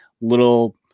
little